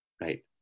right